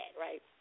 right